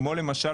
כמו למשל,